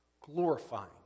glorifying